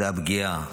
זו הפגיעה,